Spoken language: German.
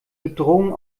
bedrohung